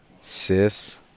sis